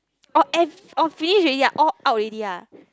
orh ev~ orh finish already ah all out already ah